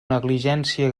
negligència